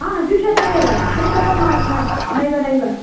हा द्विशतमेव त्रिशतम् आ न नैवनैव